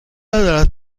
ندارد